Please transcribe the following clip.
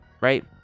right